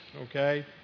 okay